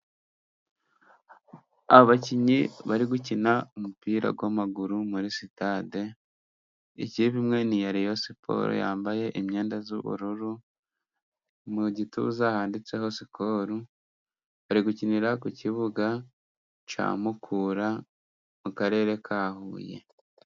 Abakinnyi bari gukina umupira w'amaguru muri sitade, ikipe imwe ni iya Reyo Siporo yambaye imyenda y'ubururu, mu gituza handitseho Sikoro, bari gukinira ku kibuga cya Mukura mu Karere ka Huye.